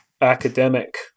academic